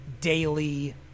daily